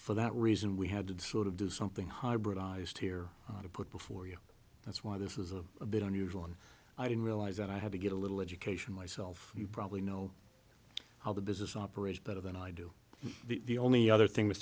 for that reason we had to sort of do something hybridized here to put before you that's why this is a bit unusual and i didn't realize that i had to get a little education myself you probably know how the business operates better than i do the only other thing